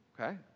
okay